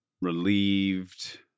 relieved